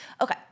Okay